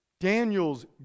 daniel's